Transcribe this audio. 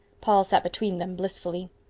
paul sat between them blissfully